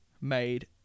made